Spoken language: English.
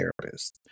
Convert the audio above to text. therapist